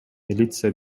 милиция